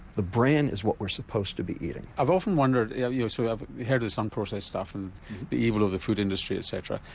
the bran is what we're supposed to be eating. i've often wondered, yeah you know so i've heard of some processed stuff and the evil of the food industry etc.